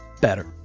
better